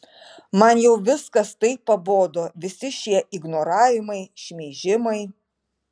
man jau viskas taip pabodo visi šie ignoravimai šmeižimai